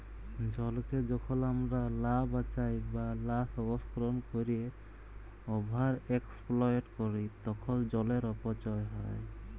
জলকে যখল আমরা লা বাঁচায় বা লা সংরক্ষল ক্যইরে ওভার এক্সপ্লইট ক্যরি তখল জলের অপচয় হ্যয়